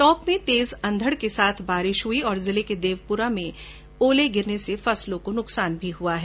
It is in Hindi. टोंक में तेज अंधड़ के साथ बारिश हुई और जिले के देवपुरा गांव में ओले गिरने से फसलों को नुकसान भी हुआ है